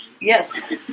Yes